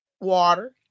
Water